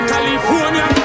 California